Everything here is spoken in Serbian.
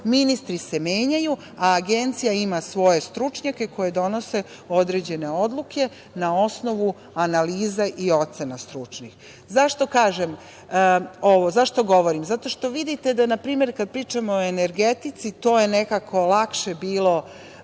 Ministri se menjaju, a agencija ima svoje stručnjake koji donose određene odluke na osnovu analiza i ocena stručnih.Zašto kažem ovo, zašto govorim? Zato što vidite da na primer kad pričamo o energetici, to je nekako lakše bilo